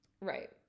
Right